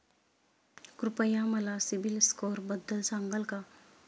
कृपया मला सीबील स्कोअरबद्दल सांगाल का?